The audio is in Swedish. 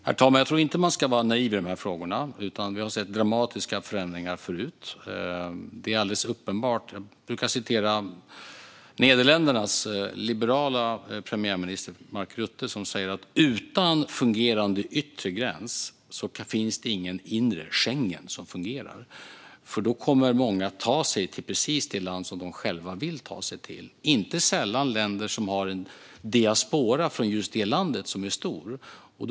Herr talman! Jag tror inte att man ska vara naiv i dessa frågor. Vi har sett dramatiska förändringar förut. Det är alldeles uppenbart. Jag brukar citera Nederländernas liberale premiärminister Mark Rutte som säger att utan fungerande yttre gräns finns det ingen inre Schengen som fungerar, för då kommer många att ta sig till precis det land som de själva vill ta sig till. Det är inte sällan länder som har en stor diaspora från just det land som dessa människor kommer från.